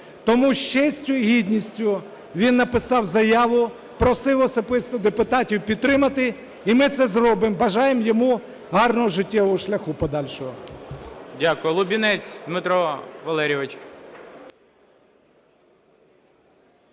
тому з честю і гідністю він написав заяву, просив особисто депутатів підтримати. І ми це зробимо. Бажаємо йому гарного життєвого шляху подальшого. ГОЛОВУЮЧИЙ. Дякую. Лубінець Дмитро Валерійович.